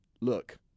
Look